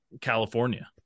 California